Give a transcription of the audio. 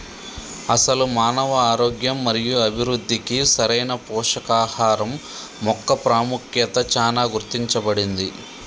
అసలు మానవ ఆరోగ్యం మరియు అభివృద్ధికి సరైన పోషకాహరం మొక్క పాముఖ్యత చానా గుర్తించబడింది